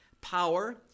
power